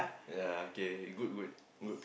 ah okay good good good